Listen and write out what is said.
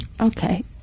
Okay